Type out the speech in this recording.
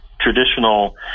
traditional